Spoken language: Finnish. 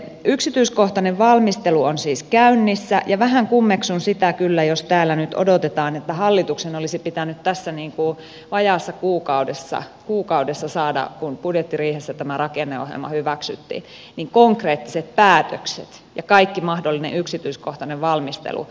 yksityiskohtainen valmistelu on siis käynnissä ja vähän kummeksun sitä kyllä jos täällä nyt odotetaan että hallituksen olisi pitänyt kuukaudessa kun budjettiriihessä tämä rakenneohjelma hyväksyttiin saada konkreettiset päätökset ja kaikki mahdollinen yksityiskohtainen valmistelu valmiiksi